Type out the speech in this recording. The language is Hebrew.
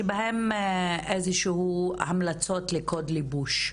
שבה איזשהם המלצות לקוד לבוש.